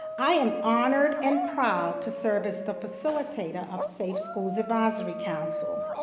i am honored and pride to serve as the facilitator of safe schools advisory council.